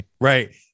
Right